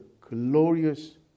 glorious